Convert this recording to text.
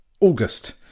August